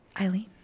Eileen